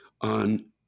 on